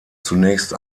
zunächst